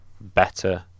better